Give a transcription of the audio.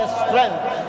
strength